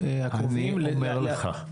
הקרובים --- אני אומר לך.